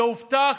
זה הובטח.